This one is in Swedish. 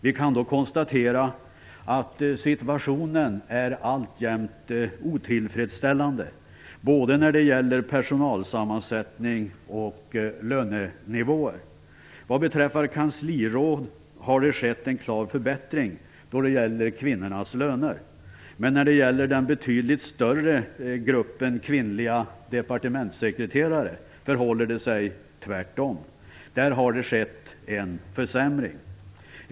Vi kan konstatera att situationen alltjämt är otillfredsställande när det gäller både personalsammansättning och lönenivåer. Vad beträffar kansliråd har det skett en klar förbättring när det gäller kvinnornas löner. Men när det gäller den betydligt större gruppen kvinnliga departementssekreterare förhåller det sig tvärtom; där har det skett en försämring.